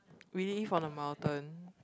we live on the mountain